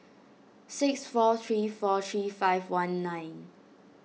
six four three four three five one nine